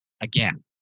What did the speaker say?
again